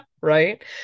right